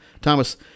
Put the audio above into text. Thomas